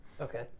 Okay